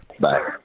Bye